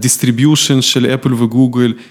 דיסטריביושן של אפל וגוגל.